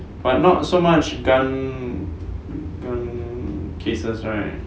but not so much gun gun cases right